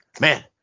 man